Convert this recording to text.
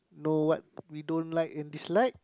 know what we don't like and dislike